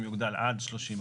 אחרים"